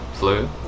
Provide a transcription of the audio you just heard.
flu